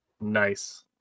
nice